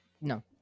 No